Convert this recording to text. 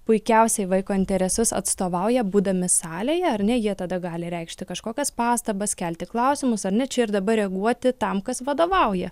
puikiausiai vaiko interesus atstovauja būdami salėje ar ne jie tada gali reikšti kažkokias pastabas kelti klausimus ar ne čia ir dabar reaguoti tam kas vadovauja